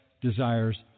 desires